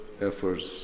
efforts